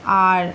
আর